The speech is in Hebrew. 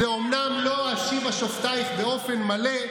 זה אומנם לא "אשיבה שפטיך" באופן מלא,